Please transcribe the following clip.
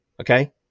Okay